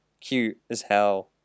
cute-as-hell